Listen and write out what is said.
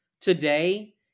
today